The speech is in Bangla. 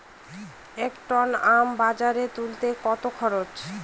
এক টন আম বাজারে তুলতে কত খরচ?